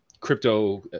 crypto